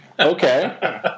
Okay